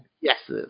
Yes